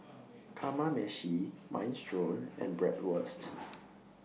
Kamameshi Minestrone and Bratwurst